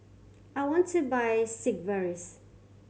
I want to buy Sigvaris